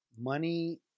money